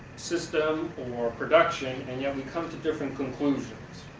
system or production and yet we come to different conclusions.